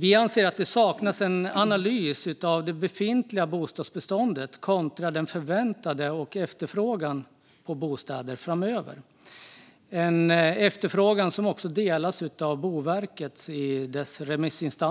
Vi anser att det saknas en analys av det befintliga bostadsbeståndet kontra den förväntade efterfrågan på bostäder framöver, något som också anses av Boverket i dess remissvar.